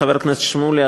חבר הכנסת שמולי,